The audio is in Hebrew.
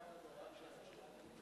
אתה יודע כמה זה היה כשהממשלה התחילה לעבוד?